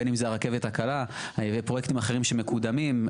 בין אם זה הרכבת הקלה ופרויקטים אחרים שמקודמים.